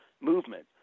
movement